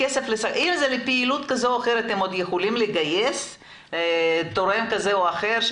אם זה לפעילות כזאת או אחרת הם עוד יכולים לגייס תורם כזה או אחר,